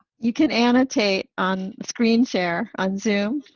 you can annotate on the screenshare on zoom.